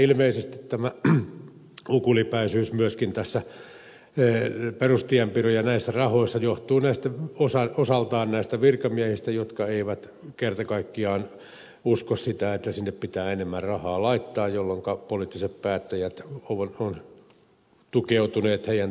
ilmeisesti tämä ukulipäisyys myöskin perustienpidon rahoissa ja näissä rahoissa johtuu osaltaan näistä virkamiehistä jotka eivät kerta kaikkiaan usko sitä että sinne pitää enemmän rahaa laittaa jolloinka poliittiset päättäjät ovat tukeutuneet heidän toimiinsa